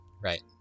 Right